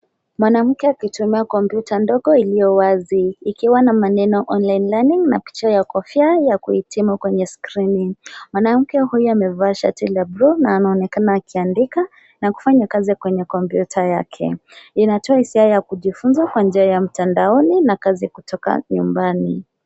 Mwanamke akitumia kompyuta ndogo iliyowazi ikiwa na maneno[cs ]online learning na picha ya kofia ya kuhitimu kwenye skrini. Mwanamke huyu amevaa shati la buluu na anaonekana akiandika na kufanya kazi kwenye kompyuta yake. Inatoa hisia ya kujifunza kwa njia ya mtandaoni na kazi kutoka nyumbani.